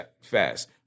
fast